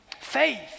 Faith